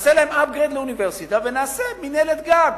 נעשה להן upgrade לאוניברסיטה ונעשה מינהלת גג.